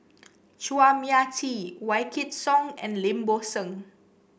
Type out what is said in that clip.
Chua Mia Tee Wykidd Song and Lim Bo Seng